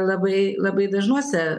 labai labai dažnuose